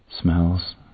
smells